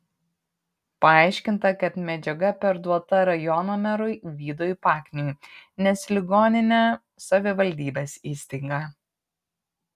paaiškinta kad medžiaga perduota rajono merui vydui pakniui nes ligoninė savivaldybės įstaiga